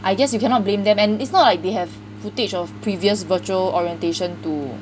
I guess you cannot blame them and it's not like they have footage of previous virtual orientation to